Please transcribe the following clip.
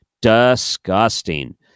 disgusting